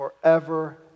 forever